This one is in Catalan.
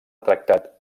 tractat